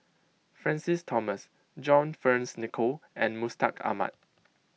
Francis Thomas John Fearns Nicoll and Mustaq Ahmad